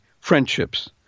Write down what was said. friendships